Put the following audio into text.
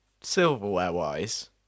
silverware-wise